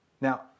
Now